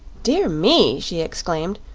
dear me! she exclaimed.